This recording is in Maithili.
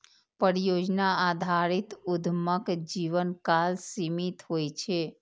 परियोजना आधारित उद्यमक जीवनकाल सीमित होइ छै